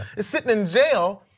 is sitting in jail,